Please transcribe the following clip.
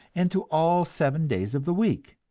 and to all seven days of the week.